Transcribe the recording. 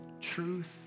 Truth